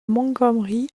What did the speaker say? montgomery